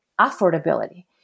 affordability